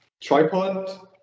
tripod